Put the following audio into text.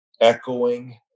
echoing